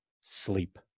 sleep